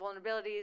vulnerabilities